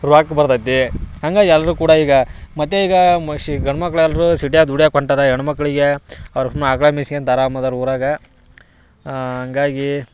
ರೊಕ್ಕ ಬರ್ತೈತಿ ಹಂಗಾಗೆ ಎಲ್ರೂ ಕೂಡ ಈಗ ಮತ್ತೆ ಈಗಾ ಮಷಿ ಗಂಡು ಮಕ್ಳು ಎಲ್ರೂ ಸಿಟಿಯಾಗ ದುಡಿಯೋಕೆ ಹೊಂಟಾರೆ ಹೆಣ್ಣು ಮಕ್ಳಿಗೆ ಅವರು ಆಕಳು ಮೇಯ್ಸ್ಕೊಳ್ತಾ ಆರಾಮ್ ಅದಾರ ಊರಾಗ ಹಂಗಾಗಿ